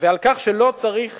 ועל כך שלא צריך